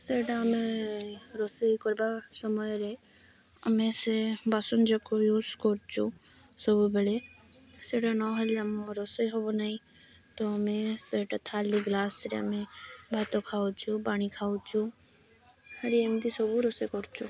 ସେଇଟା ଆମେ ରୋଷେଇ କରିବା ସମୟରେ ଆମେ ସେ ବାସନ ଯାକ ୟୁଜ୍ କରୁଛୁ ସବୁବେଳେ ସେଇଟା ନହେଲେ ଆମ ରୋଷେଇ ହବ ନାହିଁ ତ ଆମେ ସେଇଟା ଥାଳି ଗ୍ଲାସ୍ରେ ଆମେ ଭାତ ଖାଉଛୁ ପାଣି ଖାଉଛୁ ଆରି ଏମିତି ସବୁ ରୋଷେଇ କରୁଛୁ